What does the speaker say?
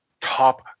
Top